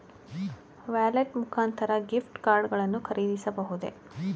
Wallet ಮುಖಾಂತರ gift card ಗಳನ್ನು ಖರೀದಿಸಬಹುದೇ?